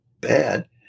bad